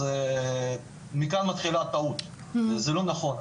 אז מכאן מתחילה הטעות וזה לא נכון,